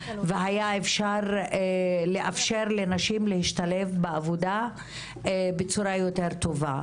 והיה אפשר לנשים להשתלב בעבודה בצורה יותר טובה.